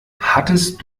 hattest